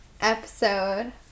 episode